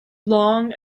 long